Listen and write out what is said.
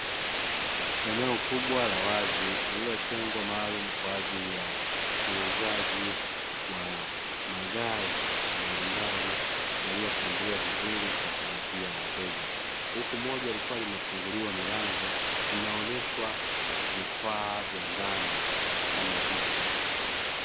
Eneo kubwa la wazi lililotengwa maalumu kwa ajili ya uuzaji wa magari mbalimbali, yaliopangiliwa vizuri kwa kuvutia wateja, huku moja likiwa limefunguliwa milango, linaoneshwa vifaa vya ndani kama viti.